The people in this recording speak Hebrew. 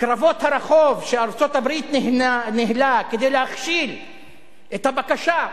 קרבות הרחוב שארצות-הברית ניהלה כדי להכשיל את הבקשה,